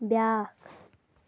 بیٛاکھ